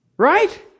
Right